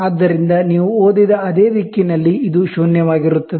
ಆದ್ದರಿಂದ ನೀವು ಓದಿದ ಅದೇ ದಿಕ್ಕಿನಲ್ಲಿ ಇದು ಶೂನ್ಯವಾಗಿರುತ್ತದೆ